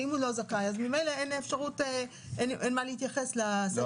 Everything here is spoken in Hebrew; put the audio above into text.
ואם הוא לא זכאי, ממילא אין מה להתייחס לסעיף הזה.